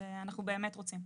אנחנו באמת רוצים.